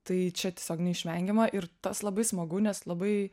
tai čia tiesiog neišvengiama ir tas labai smagu nes labai